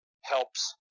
helps